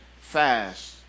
fast